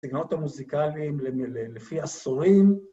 סגנונות המוזיקליים לפי עשורים.